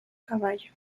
caballos